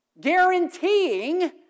guaranteeing